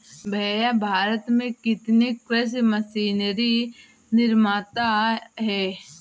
भैया भारत में कितने कृषि मशीनरी निर्माता है?